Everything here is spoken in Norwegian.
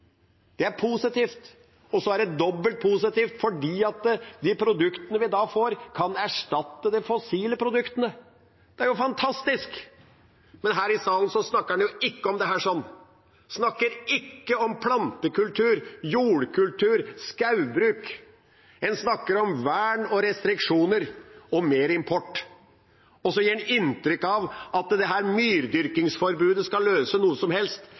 Det er positivt, og det er dobbelt positivt fordi de produktene vi da får, kan erstatte de fossile produktene. Det er jo fantastisk! Men her i salen snakker en ikke om dette, en snakker ikke om plantekultur, jordkultur, skogbruk – en snakker om vern og restriksjoner og mer import. Og så gir en inntrykk av at dette myrdyrkingsforbudet skal løse noe som helst.